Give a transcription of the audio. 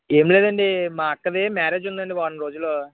ఏం లేదండీ మా అక్కది మ్యారేజ్ ఉందండి వారం రోజుల్లో